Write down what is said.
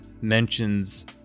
mentions